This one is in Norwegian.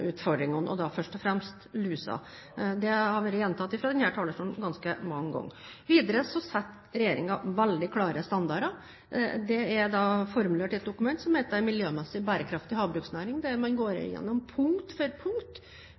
og da først og fremst lus. Det har vært gjentatt fra denne talerstolen ganske mange ganger. Videre setter regjeringen veldig klare standarder. Det er formulert i et dokument som heter Strategi for en miljømessig bærekraftig havbruksnæring, der man går gjennom punkt for punkt